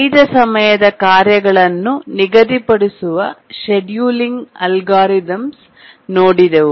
ನೈಜ ಸಮಯದ ಕಾರ್ಯಗಳನ್ನು ನಿಗದಿಪಡಿಸುವ ಶೆಡ್ಯೂಲ್ ಇಂಗ್ ಅಲ್ಗಾರಿದಮ್ಸ ನೋಡಿದ್ದೆವು